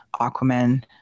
Aquaman